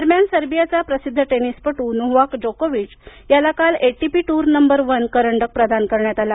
दरम्यान सर्बियाचा प्रसिद्ध टेनिसपटू नोव्हाक जोकोविच याला काल एटीपी टूर नंबर वन करंडक प्रदान करण्यात आला